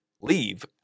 leave